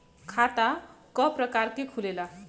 खाता क प्रकार के खुलेला?